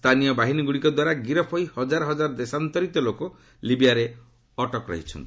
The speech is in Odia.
ସ୍ଥାନୟ ବାହିନୀଗୁଡ଼ିକ ଦ୍ୱାରା ଗିରଫ ହୋଇ ହଜାର ହଜାର ଦେଶାନ୍ତରିତ ଲୋକ ଲିବିଆରେ ଅଟକ ରହିଛନ୍ତି